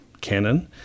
canon